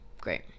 Great